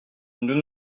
nous